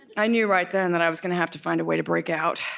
i knew right then that i was gonna have to find a way to break out.